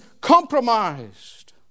compromised